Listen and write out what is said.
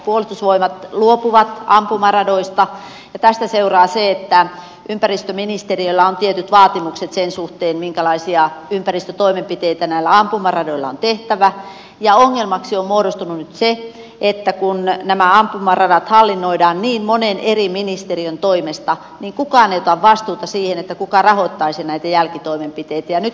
puolustusvoimat luopuu ampumaradoista ja tästä seuraa se että ympäristöministeriöllä on tietyt vaatimukset sen suhteen minkälaisia ympäristötoimenpiteitä näillä ampumaradoilla on tehtävä ja ongelmaksi on muodostunut nyt se että kun nämä ampumaradat hallinnoidaan niin monen eri ministeriön toimesta niin kukaan ei ota vastuuta siitä kuka rahoittaisi näitä jälkitoimenpiteitä